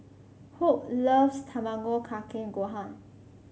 Hope loves Tamago Kake Gohan